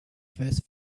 first